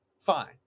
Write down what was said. fine